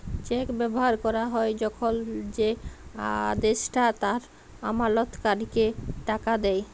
check ব্যবহার ক্যরা হ্যয় যখল যে আদেষ্টা তার আমালতকারীকে টাকা দেয়